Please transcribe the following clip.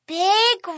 big